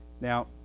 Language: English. Now